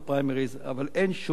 אבל אין שום קשר.